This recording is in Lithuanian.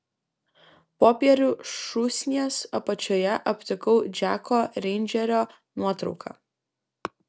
popierių šūsnies apačioje aptikau džeko reindžerio nuotrauką